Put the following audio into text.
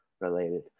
related